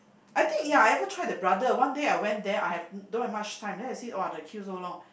I think ya I ever try the brother one day I went there I have don't have much time then I see !wah! the queue so long